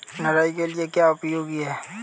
निराई के लिए क्या उपयोगी है?